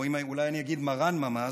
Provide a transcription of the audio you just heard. או אולי אני אגיד: מרן ממ"ז,